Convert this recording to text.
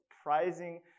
surprising